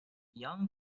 young